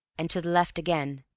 and to the left again.